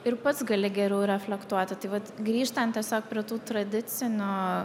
ir pats gali geriau reflektuoti tai vat grįžtant tiesiog prie tų tradicinių